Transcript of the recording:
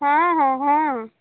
ହଁ ହଁ ହଁ